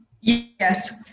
Yes